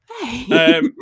Hey